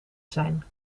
zijn